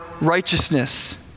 righteousness